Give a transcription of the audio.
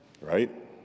right